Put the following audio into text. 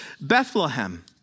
Bethlehem